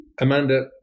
Amanda